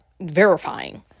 verifying